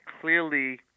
clearly